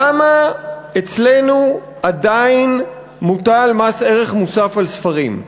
למה אצלנו עדיין מוטל מס ערך מוסף על ספרים?